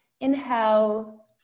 inhale